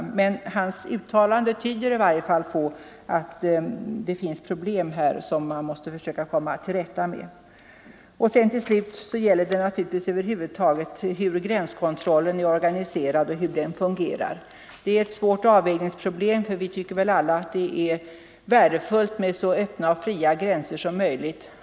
Justitieministerns uttalande tyder i varje fall på att det finns problem här som man måste försöka komma till rätta med. Till slut gäller det naturligtvis över huvud taget hur gränskontrollen är organiserad och hur den fungerar. Det är ett svårt avvägningsproblem, för vi tycker väl alla att det är värdefullt med så öppna och fria gränser som möjligt.